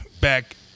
back